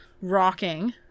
rocking